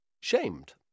shamed